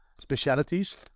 specialities